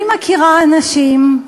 אני מכירה אנשים,